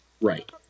Right